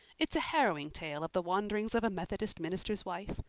it's a harrowing tale of the wanderings of a methodist minister's wife.